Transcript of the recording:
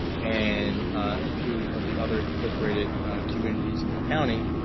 and a few of the other incorporated communities in the county.